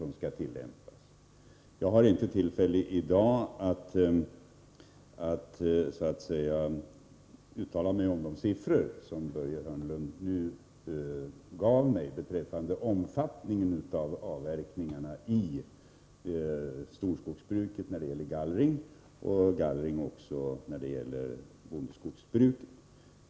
Jag har i dag inte tillfälle att uttala mig om de siffror som Börje Hörnlund nu gav mig beträffande omfattningen av avverkningarna när det gäller gallring i storskogsbruket och i bondeskogsbruket.